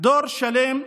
דור שלם,